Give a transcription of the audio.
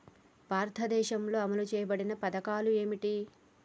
భారతదేశంలో అమలు చేయబడిన పథకాలు ఏమిటి?